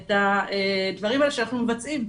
את הדברים האלה שאנחנו מבצעים.